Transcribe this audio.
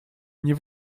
nie